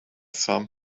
some